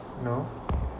no